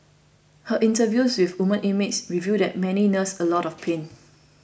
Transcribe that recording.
her interviews with women inmates reveal that many nurse a lot of pain